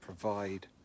provide